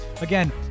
Again